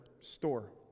store